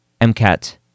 MCAT